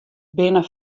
binne